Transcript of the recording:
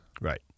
right